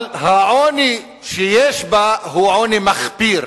אבל העוני שיש בה הוא עוני מחפיר.